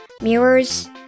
mirrors